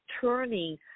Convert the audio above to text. turning